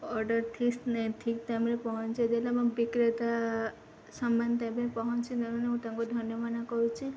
order ଠିକ୍ ଟାଇମ୍ରେ ପହଁଞ୍ଚେଇ ଦେଲେ ମୁଁ ବିକ୍ରୟତା ସାମାନ ତ ଏବେ ପହଁଞ୍ଚେଇ ଦେଲେଣି ମୁଁ ତାଙ୍କୁ ଧନ୍ୟମନେ କରୁଛି